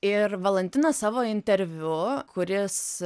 ir valantinas savo interviu kuris